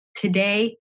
today